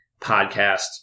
podcast